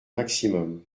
maximum